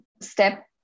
step